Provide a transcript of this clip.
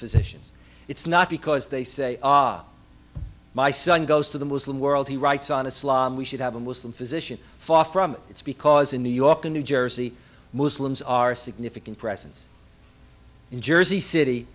physicians it's not because they say ah my son goes to the muslim world he writes on islam we should have a muslim physician far from it's because in new york in new jersey muslims are a significant presence in jersey city